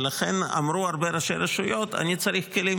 ולכן אמרו הרבה ראשי רשויות: אני צריך כלים